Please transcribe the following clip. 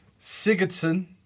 Sigurdsson